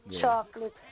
Chocolate